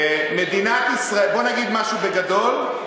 בוא נגיד משהו בגדול: